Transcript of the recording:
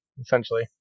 essentially